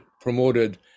promoted